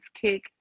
kick